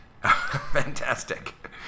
Fantastic